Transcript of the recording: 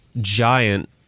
giant